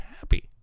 happy